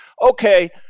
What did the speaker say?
okay